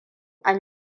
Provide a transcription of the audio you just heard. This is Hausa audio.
an